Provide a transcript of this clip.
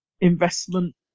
investment